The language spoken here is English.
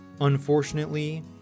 Unfortunately